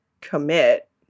commit